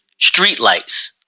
streetlights